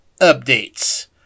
updates